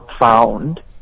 Found